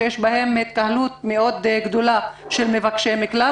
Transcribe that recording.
שיש בהן התקהלות גדולה מאוד של מבקשי מקלט.